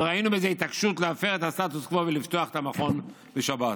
וראינו בזה התעקשות להפר את הסטטוס קוו ולפתוח את המכון בשבת.